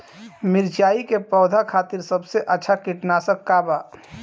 मिरचाई के पौधा खातिर सबसे अच्छा कीटनाशक का बा?